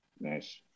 Nice